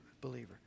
believer